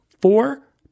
four